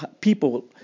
People